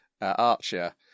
Archer